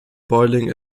boiling